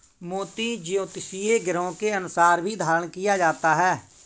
मोती ज्योतिषीय ग्रहों के अनुसार भी धारण किया जाता है